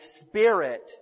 spirit